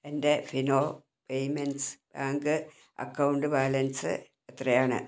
എൻ്റെ Fino payments bank account balance എത്രയാണ്